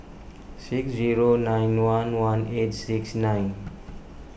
six zero nine one one eight six nine